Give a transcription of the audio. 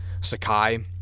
Sakai